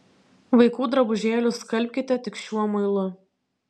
vaikų drabužėlius skalbkite tik šiuo muilu